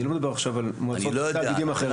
אני לא מדבר עכשיו על מועצות ותאגידים אחרים.